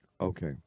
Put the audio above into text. Okay